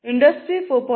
industry 4